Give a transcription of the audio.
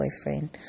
boyfriend